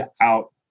out